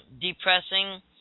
depressing